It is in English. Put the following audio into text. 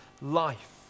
life